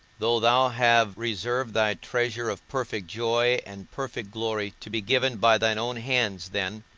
though thou have reserved thy treasure of perfect joy and perfect glory to be given by thine own hands then,